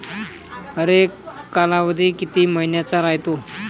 हरेक कालावधी किती मइन्याचा रायते?